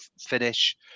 finish